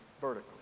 vertically